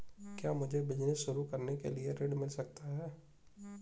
क्या मुझे बिजनेस शुरू करने के लिए ऋण मिल सकता है?